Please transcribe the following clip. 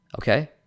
Okay